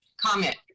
comment